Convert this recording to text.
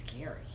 scary